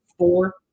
Four